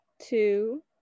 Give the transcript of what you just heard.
two